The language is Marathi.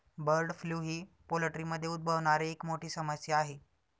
बर्ड फ्लू ही पोल्ट्रीमध्ये उद्भवणारी एक मोठी समस्या आहे